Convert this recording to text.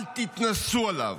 אל תתנשאו עליו,